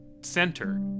center